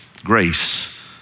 Grace